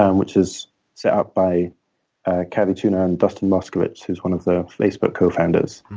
um which is set up by kevin turner and dustin moskovich, who's one of the facebook cofounders.